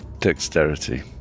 dexterity